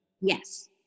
yes